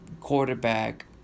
quarterback